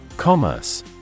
Commerce